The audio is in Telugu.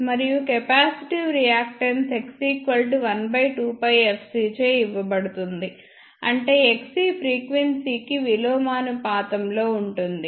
మరియు కెపాసిటివ్ రియాక్టన్స్ X12πfcచే ఇవ్వబడుతుంది అంటే Xc ఫ్రీక్వెన్సీకి విలోమానుపాతంలో ఉంటుంది